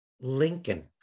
Lincoln